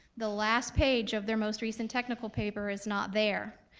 the last page of their most recent technical paper is not there.